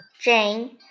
Jane